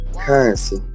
Currency